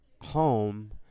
home